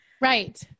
Right